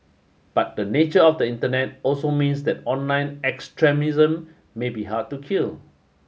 but the nature of the Internet also means that online extremism may be hard to kill